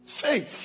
faith